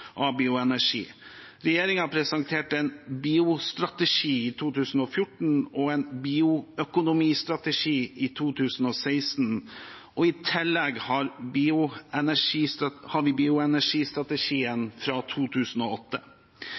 presenterte en biogasstrategi i 2014 og en bioøkonomistrategi i 2016. I tillegg har vi bioenergistrategien fra 2008.